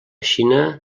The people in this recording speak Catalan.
xina